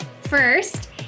First